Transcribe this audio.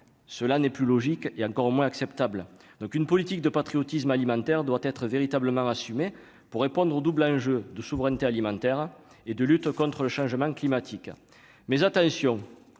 cela n'est plus logique et encore moins acceptable, donc une politique de patriotisme alimentaire doit être véritablement assumer pour répondre au double enjeu de souveraineté alimentaire et de lutte contre le changement climatique, mais attention à